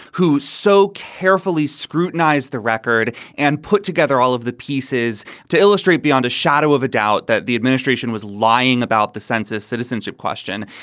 who so carefully scrutinize the record and put together all of the pieces to illustrate beyond a shadow of a doubt that the administration was lying about the census citizenship question.